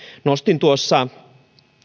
nostin tuossa